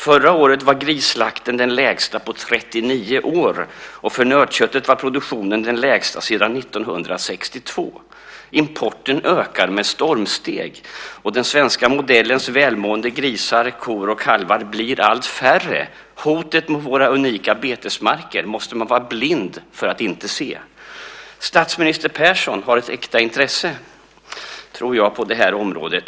Förra året var grisslakten den lägsta på 39 år, och för nötköttet var produktionen den lägsta sedan år 1962. Importen ökar med stormsteg. Den svenska modellens välmående grisar, kor och kalvar blir allt färre. Hotet mot våra unika betesmarker måste man vara blind för att inte se. Jag tror att statsminister Persson har ett äkta intresse på det här området.